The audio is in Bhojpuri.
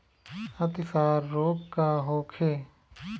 अतिसार रोग का होखे?